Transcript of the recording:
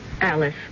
Alice